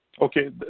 Okay